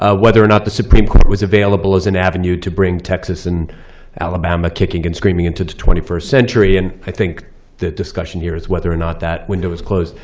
ah whether or not the supreme court was available as an avenue to bring texas and alabama kicking and screaming into the twenty first century. and i think the discussion here is whether or not that window is closed.